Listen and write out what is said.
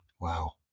wow